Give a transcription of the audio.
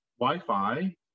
Wi-Fi